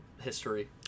history